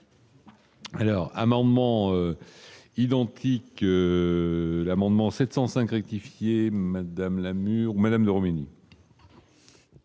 Alors amendements identiques, l'amendement 705 rectifier madame Lamure Madame le Khomeiny.